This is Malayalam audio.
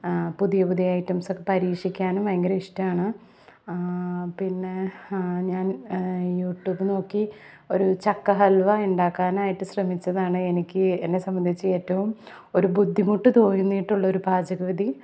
പുതിയ പുതിയ ഐറ്റംസൊക്കെ പരീക്ഷിക്കാനും ഭയങ്കര ഇഷ്ടമാണ് പിന്നെ ഞാൻ യൂട്യൂബ് നോക്കി ഒരു ചക്ക ഹൽവ ഉണ്ടാക്കാനായിട്ട് ശ്രമിച്ചതാണ് എനിക്ക് എന്നെ സംബന്ധിച്ചു ഏറ്റവും ഒരു ബുദ്ധിമുട്ട് തോന്നിയിട്ടുള്ളൊരു പാചക വിധി